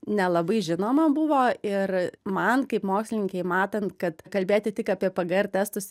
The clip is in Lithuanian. nelabai žinoma buvo ir man kaip mokslininkei matant kad kalbėti tik apie pgr testus